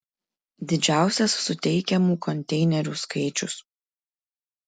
didžiausias suteikiamų konteinerių skaičius